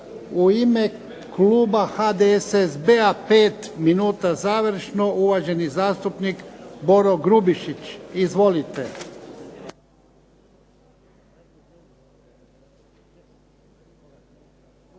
U ime kluba HDSSB-a, pet minuta završno uvaženi zastupnik Boro Grubišić. Izvolite.